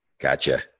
gotcha